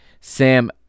Sam